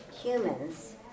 humans